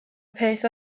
peth